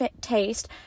taste